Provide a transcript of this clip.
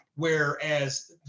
Whereas